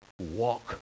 walk